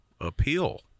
appeal